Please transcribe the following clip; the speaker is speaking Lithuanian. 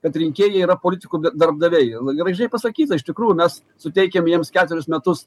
kad rinkėjai yra politikų darbdaviai gražiai pasakyta iš tikrųjų mes suteikiam jiems ketverius metus